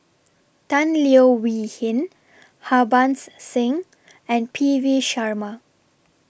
Tan Leo Wee Hin Harbans Singh and P V Sharma